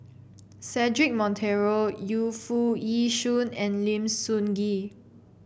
Cedric Monteiro Yu Foo Yee Shoon and Lim Sun Gee